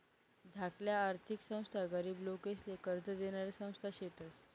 धाकल्या आर्थिक संस्था गरीब लोकेसले कर्ज देनाऱ्या संस्था शेतस